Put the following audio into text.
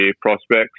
prospects